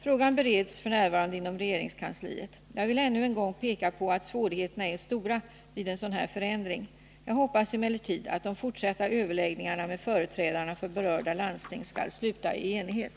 Frågan bereds f. n. inom regeringskansliet. Jag vill ännu en gång peka på att svårigheterna är stora vid en sådan här förändring. Jag hoppas emellertid att de fortsatta överläggningarna med företrädarna för berörda landsting skall sluta i enighet.